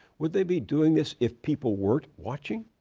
would they be doing this if people weren't watching?